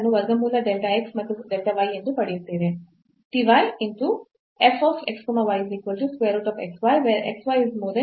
ನಾವು ಈ delta set ಅನ್ನು ವರ್ಗಮೂಲ delta x ಮತ್ತು delta y ಎಂದು ಪಡೆಯುತ್ತೇವೆ